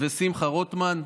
ושמחה רוטמן.